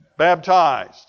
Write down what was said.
baptized